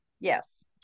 Yes